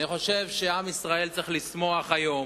אני חושב שעם ישראל צריך לשמוח היום,